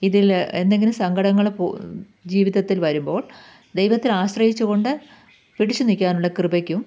ഇതില് എന്തെങ്കിലും സങ്കടങ്ങള് ജീവിതത്തിൽ വരുമ്പോൾ ദൈവത്തിലാശ്രയിച്ച് കൊണ്ട് പിടിച്ച് നിൽക്കാനുള്ള കൃപക്കും